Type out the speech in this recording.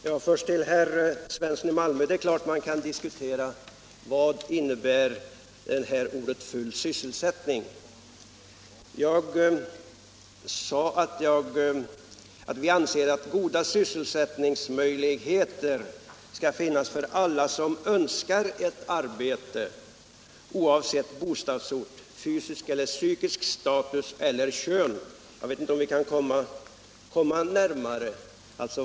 Herr talman! Jag vill först till herr Svensson i Malmö säga att man självfallet kan diskutera innebörden av orden ”full sysselsättning”. Jag sade att vi anser att goda sysselsättningsmöjligheter skall finnas för alla som önskar ett arbete, oavsett bostadsort, fysisk eller psykisk status eller kön. Jag vet inte om vi kan komma närmare en definition.